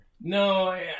No